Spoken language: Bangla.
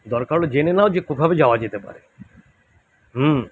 দরকার হলে জেনে নাও যে কোথা থেকে যাওয়া যেতে পারে হুম